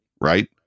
right